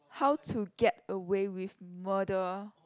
how to get away with murder